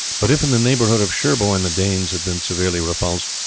but if in the neighbourhood of sherborne the danes had been severely repulsed,